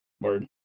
Word